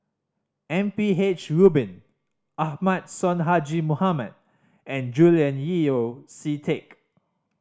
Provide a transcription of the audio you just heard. M P H Rubin Ahmad Sonhadji Mohamad and Julian Yeo See Teck